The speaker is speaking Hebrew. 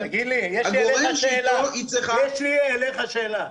הגורם שאיתו היא צריכה --- יש לי אליך שאלה,